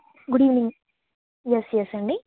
good evening S S అండి